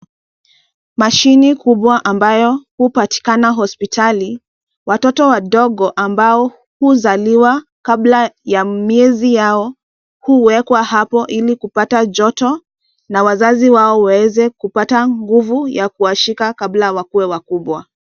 Mashini kubwa ambayo hupatikana hospitali. Watoto wadogo ambao huzaliwa kabla ya miezi yao huwekwa hapa ili kupata joto na wazazi wao waweze kupata nguvu ya kuwashika kabla wakue wakubwa.